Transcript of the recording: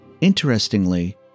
Interestingly